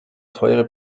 teure